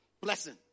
Blessing